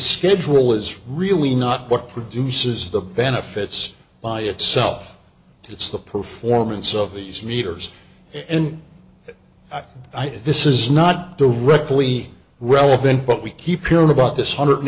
schedule is really not what produces the benefits by itself it's the performance of these meters and this is not directly relevant but we keep hearing about this hundred